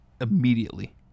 immediately